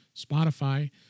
Spotify